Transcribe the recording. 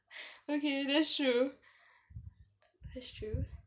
okay that's true that's true